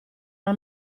una